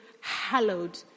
hallowed